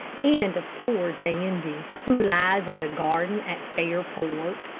and of poor dandy, who lies in the garden at fairport.